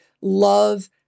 love